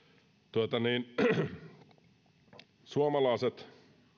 suomalaiset